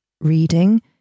reading